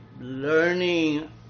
learning